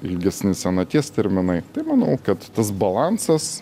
ilgesni senaties terminai tai manau kad tas balansas